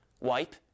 wipe